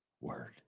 word